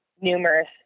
numerous